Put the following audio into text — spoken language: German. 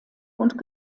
und